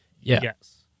Yes